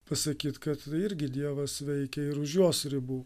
pasakyt kad irgi dievas veikia ir už jos ribų